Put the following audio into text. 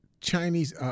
Chinese